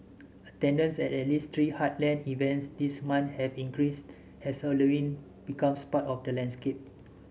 attendance at at least three heartland events this month have increased as Halloween becomes part of the landscape